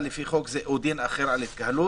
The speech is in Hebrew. אם יש דברים שלא נמצאים ברשימה אבל